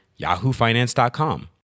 yahoofinance.com